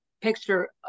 picture